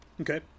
Okay